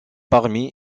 parmi